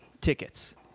tickets